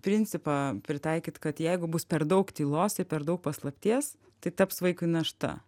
principą pritaikyt kad jeigu bus per daug tylos ir per daug paslapties tai taps vaikui našta